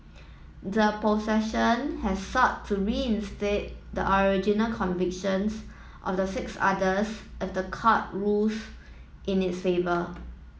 the has sought to reinstate they the original convictions of the six others if the court rules in its favour